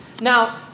Now